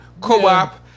co-op